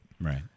Right